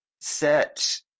set